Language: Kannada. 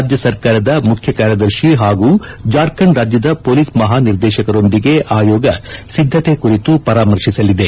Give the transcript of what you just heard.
ರಾಜ್ಞ ಸರ್ಕಾರದ ಮುಖ್ಯ ಕಾರ್ಯದರ್ಶಿ ಹಾಗೂ ಜಾರ್ಖಂಡ್ ರಾಜ್ಞದ ಹೊಲೀಸ್ ಮಹಾನಿರ್ದೇಶಕರೊಂದಿಗೆ ಆಯೋಗ ಸಿದ್ದತೆ ಕುರಿತು ಪರಾಮರ್ಶಿಸಲಿದೆ